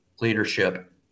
leadership